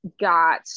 got